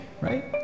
right